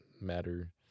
matter